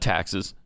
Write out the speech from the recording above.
Taxes